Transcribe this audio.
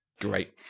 Great